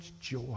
joy